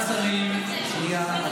באמת, תפסיקו לקשקש, אתם מ-2005, הדבר הזה.